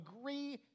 agree